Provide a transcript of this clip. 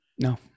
No